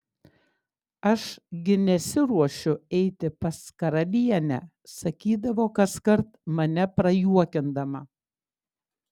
aš gi nesiruošiu eiti pas karalienę sakydavo kaskart mane prajuokindama